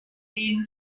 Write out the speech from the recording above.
clean